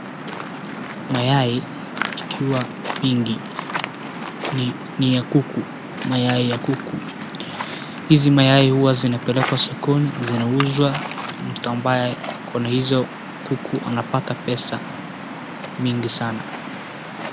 Mayai ikiwa mingi ni ya kuku. Mayai ya kuku, hizi mayai huwa zinapelekwa sokoni zinauzwa mtu ambaye ako na hizo kuku anapata pesa mingi sana.